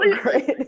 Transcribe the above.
great